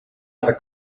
other